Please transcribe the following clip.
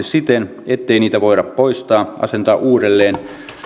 siten ettei niitä voida poistaa asentaa uudelleen